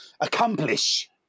accomplish